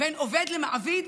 בין עובד למעביד,